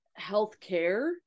healthcare